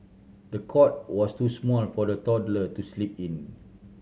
the cot was too small for the toddler to sleep in